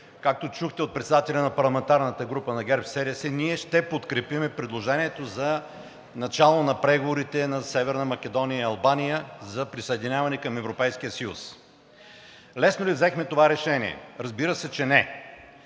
Както чухте от председателя на парламентарната група на ГЕРБ-СДС, ние ще подкрепим предложението за начало на преговорите на Северна Македония и Албания за присъединяване към Европейския съюз. Лесно ли взехме това решение? Разбира се, че не.